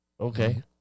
Okay